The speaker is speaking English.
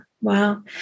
Wow